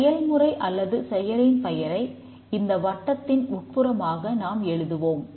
செயல்முறை அல்லது செயலின் பெயரை இந்த வட்டத்தின் உள்புறமாக நாம் எழுதுகிறோம்